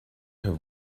have